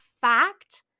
fact